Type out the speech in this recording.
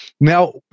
Now